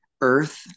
earth